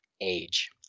age